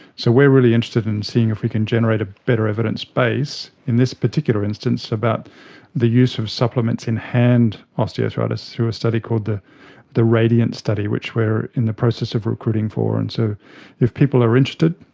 so we are really interested in seeing if we can generate a better evidence base, in this particular instance, about the use of supplements in hand osteoarthritis through a study called the the radiant study, which we are in the process of recruiting for. and so if people are interested,